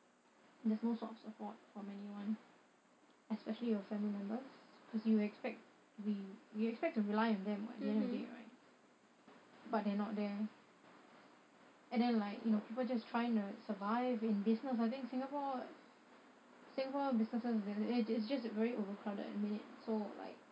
there's no sort of support from anyone especially your family members cause you expect we we expect to rely on them [what] at the end of the day right but they're not there and then like you know people just trying to survive in business I think singapore singapore businesses is just very overcrowded at the minute so like